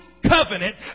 covenant